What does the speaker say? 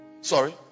Sorry